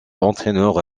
entraineur